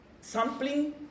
sampling